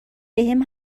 بهم